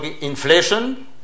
inflation